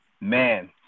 Man